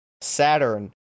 saturn